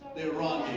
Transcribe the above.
the iran